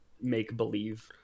make-believe